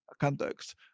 context